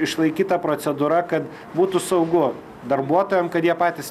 išlaikyta procedūra kad būtų saugu darbuotojam kad jie patys